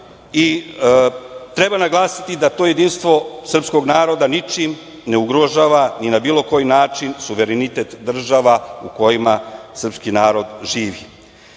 i treba naglasiti da to jedinstvo srpskog naroda ničim ne ugrožava ni na bilo koji način suverenitet država u kojima srpski narod živi. Nije